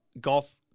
golf